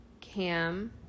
Cam